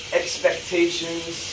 expectations